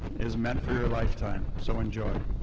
is meant for your lifetime. so enjoy.